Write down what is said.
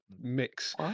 mix